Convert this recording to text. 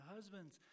Husbands